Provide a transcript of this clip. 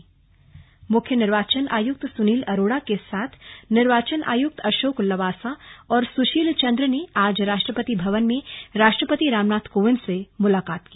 slug मुख्य निर्वाचन आयुक्त मुख्य निर्वाचन आयुक्त सुनील अरोड़ा के साथ निर्वाचन आयुक्त अशोक लवासा और सुशील चन्द्र ने आज राष्ट्रपति भवन में राष्ट्रपति रामनाथ कोविंद से मुलाकात की